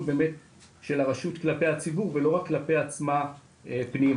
באמת של הרשות כלפי הציבור ולא רק כלפי עצמה פנימה.